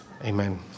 amen